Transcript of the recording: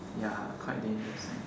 ya quite dangerous right